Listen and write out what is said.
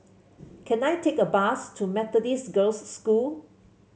can I take a bus to Methodist Girls' School